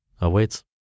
awaits